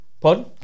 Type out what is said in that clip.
pod